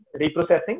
reprocessing